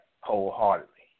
wholeheartedly